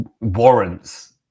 warrants